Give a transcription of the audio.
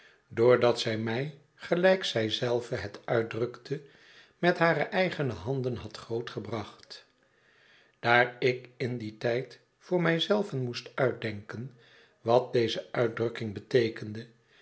dat zij mij gelijk zij zelve het uitdrukte met hare eigene handen had groot gebracht daar ik in dien tijd voor mij zelven moest uitdenken wat deze uitdrukking beteekende